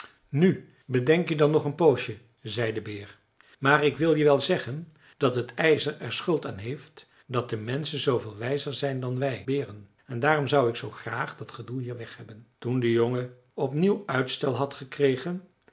nu bedenk je dan nog een poosje zei de beer maar ik wil je wel zeggen dat het ijzer er schuld aan heeft dat de menschen zooveel wijzer zijn dan wij beren en daarom zou ik zoo graag dat gedoe hier weg hebben toen de jongen opnieuw uitstel had gekregen